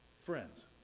friends